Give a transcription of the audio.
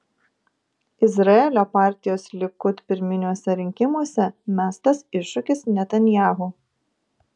izraelio partijos likud pirminiuose rinkimuose mestas iššūkis netanyahu